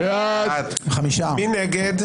מי נגד?